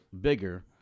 bigger